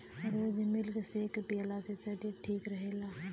रोज milk shake पियला से शरीर ठीक रहेला